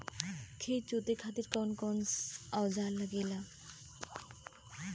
खेत जोते खातीर कउन कउन औजार लागेला?